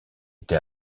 été